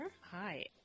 Hi